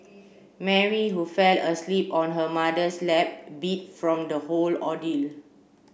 Mary who fell asleep on her mother's lap beat from the whole ordeal